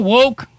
Woke